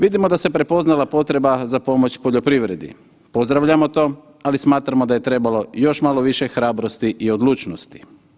Vidimo da se prepoznala potreba za pomoć poljoprivredi, pozdravljamo to, ali smatramo da je trebalo još malo više hrabrosti i odlučnosti.